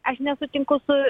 aš nesutinku su